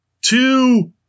Two